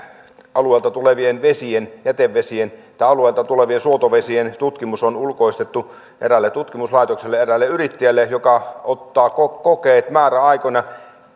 alueelta tulevien jätevesien jätevesien tai alueelta tulevien suotovesien tutkimus on ulkoistettu eräälle tutkimuslaitokselle ja eräälle yrittäjälle joka ottaa kokeet määräaikoina